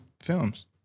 films